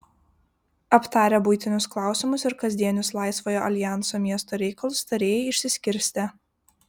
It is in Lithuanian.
aptarę buitinius klausimus ir kasdienius laisvojo aljanso miesto reikalus tarėjai išsiskirstė